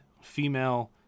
female